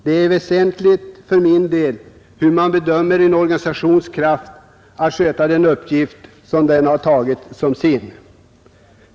Det är väsentligt för min del att få veta hur man bedömer organisationens kraft att sköta den uppgift den tagit som sin.